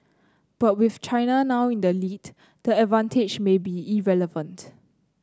but with China now in the lead the advantage may be irrelevant